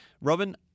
Robin